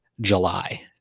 July